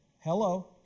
Hello